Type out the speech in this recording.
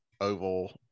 oval